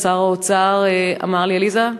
ושר האוצר אמר לי: עליזה,